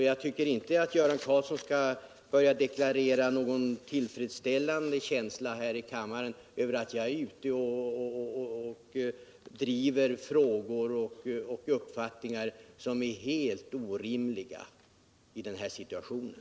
Jag tycker inte att Göran Karlsson inför kammaren skall deklarera någon tillfredsställelse över att jag skulle vara ute och driva frågor och uppfattningar som skulle vara helt orealistiska i den här situationen.